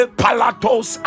palatos